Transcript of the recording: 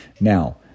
Now